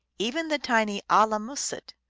even the tiny a-la-mussit,